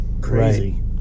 crazy